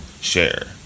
share